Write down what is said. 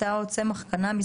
אותו צמח קנאביס,